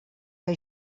que